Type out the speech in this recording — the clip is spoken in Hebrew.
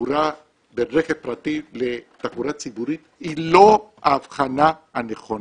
רכב פרטי לתחבורה ציבורית היא לא ההבחנה הנכונה,